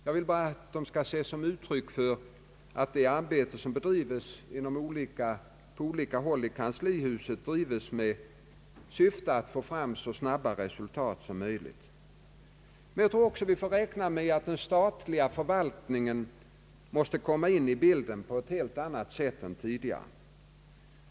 Jag vill bara att dessa åtgärder skall ses som ett uttryck för att det arbete, som på olika håll bedrivs i kanslihuset, görs i syfte att få fram så snabba resultat som möjligt. Vi får också räkna med att den statliga förvaltningen måste komma in i bilden på ett helt annat sätt än tidigare.